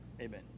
amen